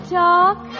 talk